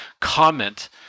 comment